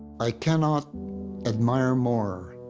i cannot admire more